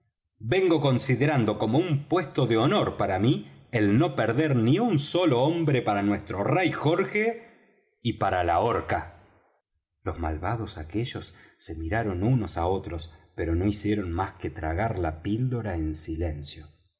vengo considerando como un puesto de honor para mí el no perder ni un solo hombre para nuestro rey jorge q d g y para la horca los malvados aquellos se miraron unos á otros pero no hicieron más que tragar la píldora en silencio